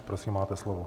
Prosím, máte slovo.